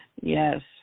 Yes